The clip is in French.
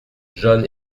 john